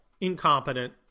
incompetent